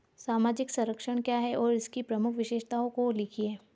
सामाजिक संरक्षण क्या है और इसकी प्रमुख विशेषताओं को लिखिए?